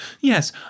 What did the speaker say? Yes